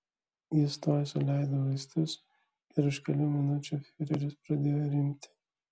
jis tuoj suleido vaistus ir už kelių minučių fiureris pradėjo rimti